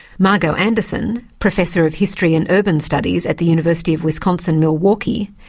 margo anderson, professor of history and urban studies at the university of wisconsin, milwaukee,